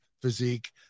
physique